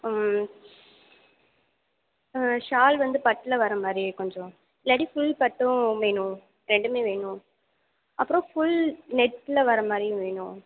shawl வந்து பட்டில் வர மாதிரி கொஞ்சம் இல்லாட்டி ஃபுல் பட்டும் வேணும் ரெண்டுமே வேணும் அப்புறம் ஃபுல் நெட்டில் வர மாதிரியும் வேணும்